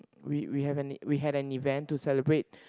we we have an we had an event to celebrate